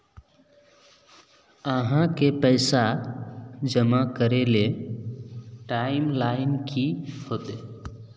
आहाँ के पैसा जमा करे ले टाइम लाइन की होते?